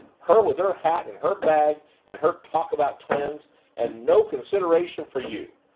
her with her hat and her bag and her talk about twins and no consideration for you.